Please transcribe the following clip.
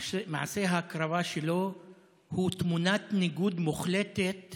מעשה ההקרבה שלו הוא תמונת ניגוד מוחלטת